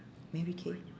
mary kay